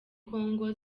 kongo